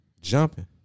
Jumping